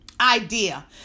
idea